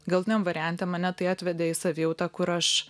galutiniam variante mane tai atvedė į savijautą kur aš